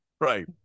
right